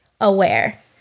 aware